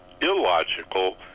illogical